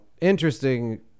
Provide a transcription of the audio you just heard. interesting